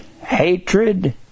hatred